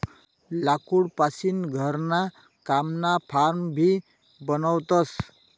लाकूड पासीन घरणा कामना फार्स भी बनवतस